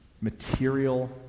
material